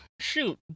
Shoot